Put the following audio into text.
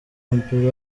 w’umupira